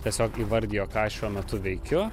tiesiog įvardijo ką šiuo metu veikiu